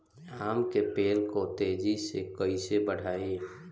आम के पेड़ को तेजी से कईसे बढ़ाई?